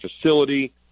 facility